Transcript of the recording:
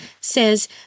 says